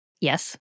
yes